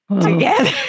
together